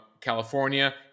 California